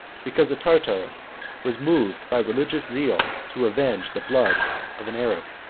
because a tartar was moved by religious zeal to avenge the blood of an arab.